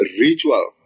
ritual